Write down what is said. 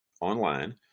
online